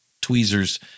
tweezers